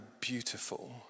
beautiful